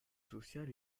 social